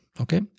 Okay